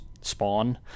spawn